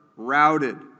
routed